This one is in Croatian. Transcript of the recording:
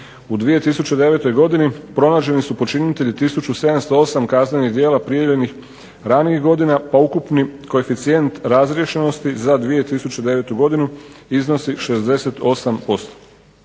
U 2009. godini pronađeni su počinitelji tisuću 708 kaznenih djela privedenih ranijih godina po ukupni koeficijent razriješenosti za 2009. godinu iznosi 68%.